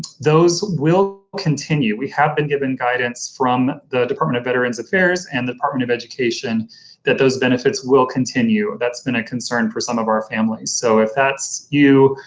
those will continue. we have been given guidance from the department of veterans affairs and the department of education that those benefits will continue. that's been a concern for some of our families, so if that's you,